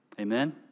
Amen